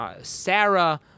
Sarah